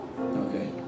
Okay